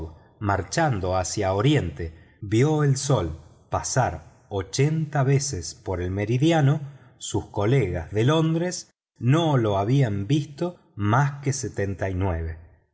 marchando hacia oriente vio el sol pasar ochenta veces por el meridiano sus colegas de londres no lo habían visto más que setenta y nueve